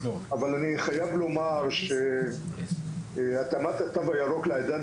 אבל אני חייב לומר שהתאמת התו הירוק לעידן